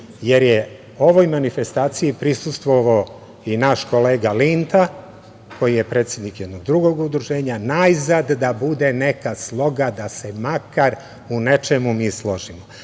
jer je ovoj manifestaciji prisustvovao i naš kolega Linta koji je predsednik jednog drugog udruženja. Najzad da bude neka sloga, da se makar u nečemu mi složimo. Nadam